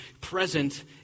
present